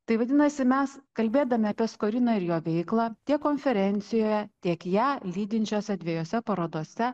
tai vadinasi mes kalbėdami apie skoriną ir jo veiklą tiek konferencijoje tiek ją lydinčiose dviejose parodose